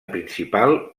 principal